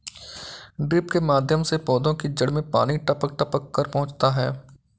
drip के माध्यम से पौधे की जड़ में पानी टपक टपक कर पहुँचता है